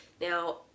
Now